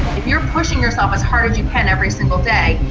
if you're pushing yourself as hard as you can every single day,